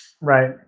right